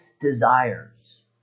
desires